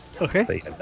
Okay